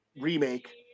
remake